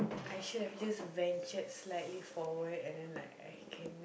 I should have just ventured slightly forward and then like I can